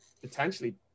potentially